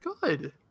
Good